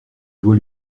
doit